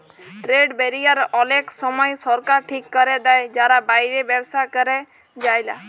trade barrier অলেক সময় সরকার ঠিক ক্যরে দেয় যার বাইরে ব্যবসা ক্যরা যায়লা